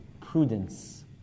prudence